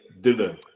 dinner